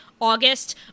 august